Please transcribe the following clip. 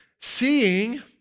seeing